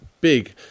big